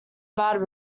bad